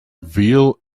veal